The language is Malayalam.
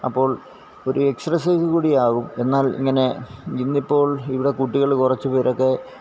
അപ്പോള് ഒരു എക്സ്രസൈസ് കൂടി ആവും എന്നാല് ഇങ്ങനെ ഇന്നിപ്പോള് ഇവിടെ കുട്ടികള് കുറച്ചുപേരൊക്കെ